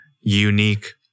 unique